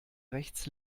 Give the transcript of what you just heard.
rechts